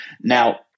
Now